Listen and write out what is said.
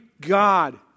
God